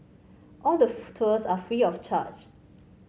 all the tours are free of charge